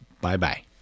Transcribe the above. Bye-bye